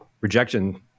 rejection